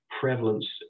prevalence